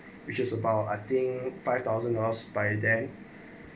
which is about I think five thousand us by then